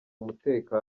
umutekano